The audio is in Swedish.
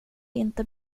inte